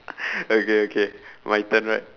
okay okay my turn right